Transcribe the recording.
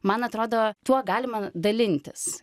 man atrodo tuo galima dalintis